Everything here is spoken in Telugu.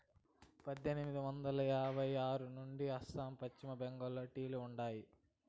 పద్దెనిమిది వందల ఎనభై ఆరు నుంచే అస్సాం, పశ్చిమ బెంగాల్లో టీ లు ఉండాయి